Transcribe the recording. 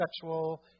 sexual